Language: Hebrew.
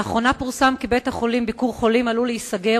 לאחרונה פורסם כי בית-החולים "ביקור חולים" עלול להיסגר,